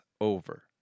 over